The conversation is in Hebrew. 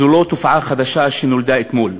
זה לא תופעה חדשה שנולדה אתמול.